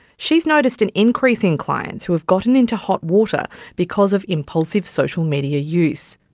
she's noticed an increase in clients who've gotten into hot water because of impulsive social media use.